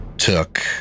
took